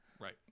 Right